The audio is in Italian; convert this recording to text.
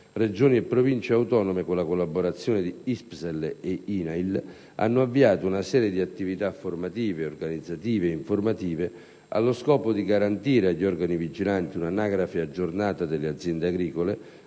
Regioni e Province autonome, con la collaborazione di ISPESL e INAIL, hanno avviato una serie di attività formative, organizzative e informative allo scopo di: garantire agli organi vigilanti un'anagrafe aggiornata delle aziende agricole;